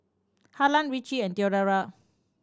Harlan Richie and Theodora